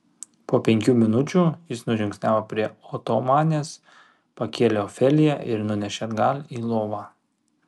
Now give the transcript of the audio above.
po penkių minučių jis nužingsniavo prie otomanės pakėlė ofeliją ir nunešė atgal į lovą